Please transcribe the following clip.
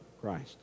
Christ